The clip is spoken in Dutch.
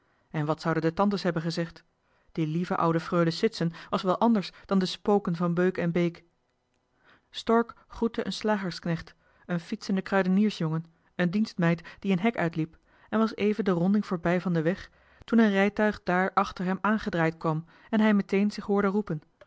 en wat zouden de tantes hebben gezegd die lieve oude freule sitsen was wel anders dan de spoken van beuk en beek stork groette een slagersknecht een fietsenden kruideniers jongen een dienstmeid die een hek johan de meester de zonde in het deftige dorp uitkwam en was even de ronding voorbij van den weg toen een rijtuig daar achter hem aangedraaid kwam en hij meteen zich hoorde roepen